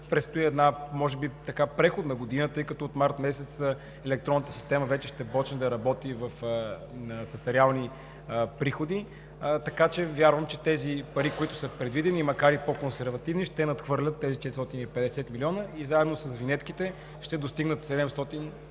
предстои може би една преходна година, тъй като от месец март електронната система вече ще започне да работи с реални приходи. Така че вярвам, че тези пари, които са предвидени, макар и по-консервативни, ще надхвърлят тези 450 милиона и заедно с винетките ще достигнат 700 милиона